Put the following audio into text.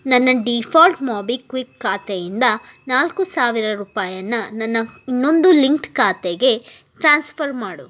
ನನ್ನ default MobiKwik ಖಾತೆಯಿಂದ ನಾಲ್ಕು ಸಾವಿರ ರೂಪಾಯಿಯನ್ನ ನನ್ನ ಇನ್ನೊಂದು ಲಿಂಕ್ಡ್ ಖಾತೆಗೆ ಟ್ರಾನ್ಸ್ಫರ್ ಮಾಡು